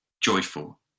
joyful